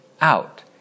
out